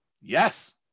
yes